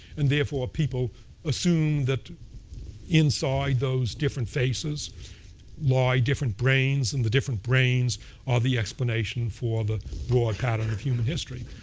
and therefore people assume that inside those different faces lie different brains and the different brains are the explanation for the broad pattern of human history,